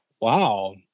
Wow